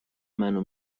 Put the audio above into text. منو